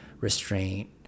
restraint